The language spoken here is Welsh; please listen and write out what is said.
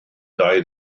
dau